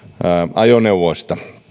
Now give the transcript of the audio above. ajoneuvot